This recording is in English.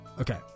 Okay